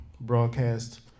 broadcast